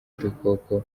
udukoko